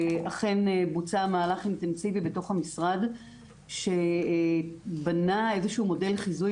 אכן בוצע מהלך אינטנסיבי בתוך המשרד שבנה איזשהו מודל חיזוי